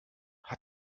hat